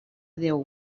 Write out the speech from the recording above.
déu